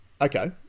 Okay